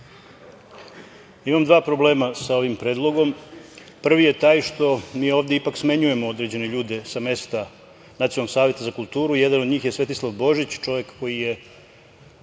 Imam dva problema sa ovim predlogom. Prvi je taj što mi ovde ipak smenjujemo određene ljude sa mesta Nacionalnog saveta za kulturu. Jedan od njih je Svetislav Božić, čovek koji je